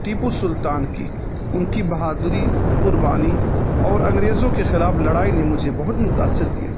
ٹیپو سلطان کی ان کی بہادری قربانی اور انگریزوں کے خلاف لڑائی نے مجھے بہت متاأثر کیا